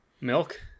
Milk